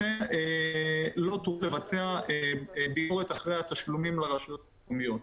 לכן לא טוב לבצע ביקורת אחרי התשלומים לרשויות המקומיות.